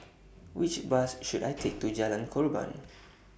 Which Bus should I Take to Jalan Korban